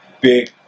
Big